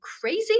crazy